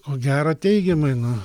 ko gero teigiamai na